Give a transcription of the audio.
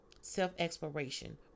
self-exploration